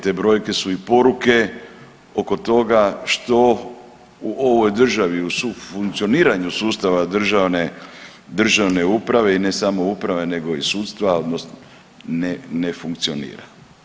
Te brojke su i poruke oko toga što u ovoj državi u funkcioniranju sustava državne uprave i ne samo uprave nego i sudstva ne funkcionira.